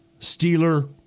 Steeler